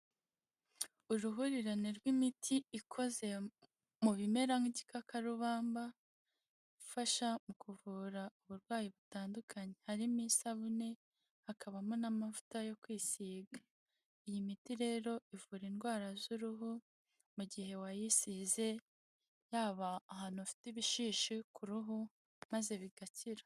Uruhurirane rw'imiti ikoze mu bimera nk'igikakarubamba, ifasha mu kuvura uburwayi butandukanye, harimo isabune, hakabamo n'amavuta yo kwisiga, iyi miti rero ivura indwara z'uruhu mu gihe wayisize yaba ahantu ufite ibishishi ku ruhu maze bigakira.